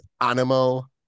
animal